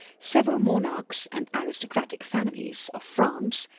several monarchs and aristocratic families of france,